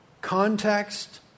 context